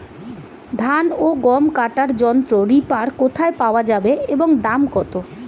ধান ও গম কাটার যন্ত্র রিপার কোথায় পাওয়া যাবে এবং দাম কত?